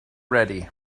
ready